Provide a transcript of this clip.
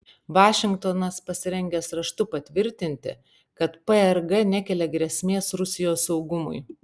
vašingtonas pasirengęs raštu patvirtinti kad prg nekelia grėsmės rusijos saugumui